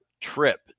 trip